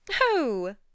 Oh